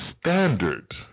standard